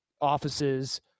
offices